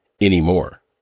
anymore